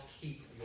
keep